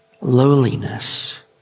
lowliness